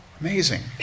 Amazing